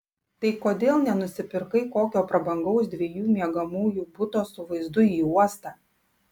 tai kodėl nenusipirkai kokio prabangaus dviejų miegamųjų buto su vaizdu į uostą